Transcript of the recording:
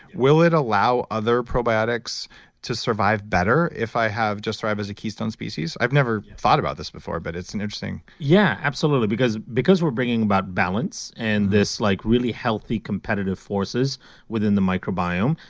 will it allow other probiotics to survive better if i have just thrive as a keystone species? i've never thought about this before, but it's an interesting. yeah, absolutely. because because we're bringing about balance and this like really healthy competitive forces within the microbiome,